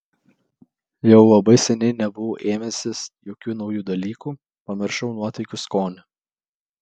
jau labai seniai nebuvau ėmęsis jokių naujų dalykų pamiršau nuotykių skonį